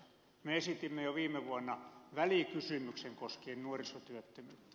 me esitimme jo viime vuonna välikysymyksen koskien nuorisotyöttömyyttä